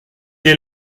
est